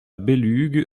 belugue